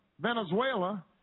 Venezuela